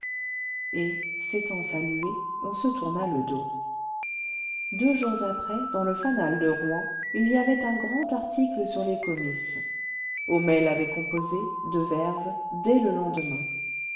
et s'étant salués on se tourna le dos deux jours après dans le fanal de rouen il y avait un grand article sur les comices homais l'avait composé de verve dès le lendemain